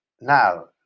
now